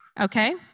okay